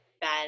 bad